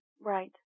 Right